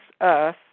earth